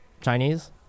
Chinese